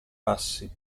passi